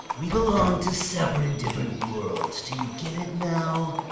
we belong to separate and different worlds. do you get it now?